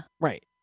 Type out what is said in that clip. Right